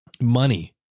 money